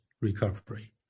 recovery